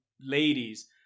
ladies